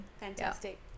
Fantastic